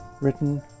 written